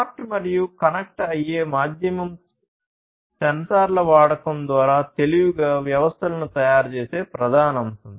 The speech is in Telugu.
స్మార్ట్ మరియు కనెక్ట్ అయ్యే మాధ్యమం సెన్సార్ల వాడకం ద్వారా తెలివిగా వ్యవస్థలను తయారుచేసే ప్రధాన అంశం